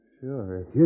Sure